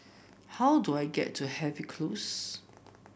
how do I get to Harvey Close